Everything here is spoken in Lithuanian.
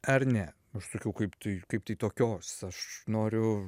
ar ne aš sakiau kaip tai kaip tai tokios aš noriu